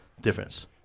difference